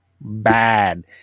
bad